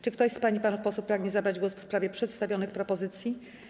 Czy ktoś z pań i panów posłów pragnie zabrać głos w sprawie przedstawionych propozycji?